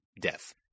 death